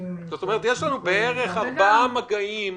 כלומר, יש לנו בערך 4 מגעים